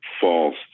false